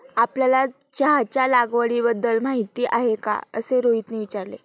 आपल्याला चहाच्या लागवडीबद्दल माहीती आहे का असे रोहितने विचारले?